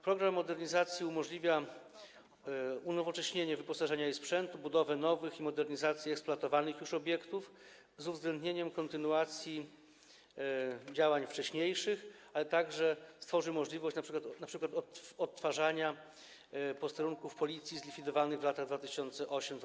Program modernizacji umożliwia unowocześnienie wyposażenia i sprzętu, budowę nowych i modernizację eksploatowanych już obiektów, z uwzględnieniem kontynuacji działań wcześniejszych, ale także stworzy możliwość np. odtwarzania posterunków Policji zlikwidowanych w latach 2008–2015.